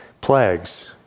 plagues